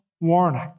warning